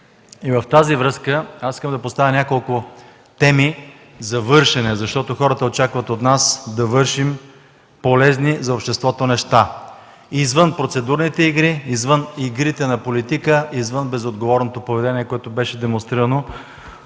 В тази връзка, искам да поставя няколко теми за вършене, защото хората очакват от нас да вършим полезни за обществото неща – извън процедурните игри, извън игрите на политика, извън безотговорното поведение, демонстрирано